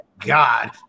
God